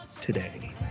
today